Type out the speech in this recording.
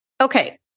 Okay